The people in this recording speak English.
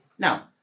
Now